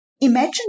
Imagine